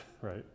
right